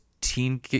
teen